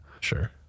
Sure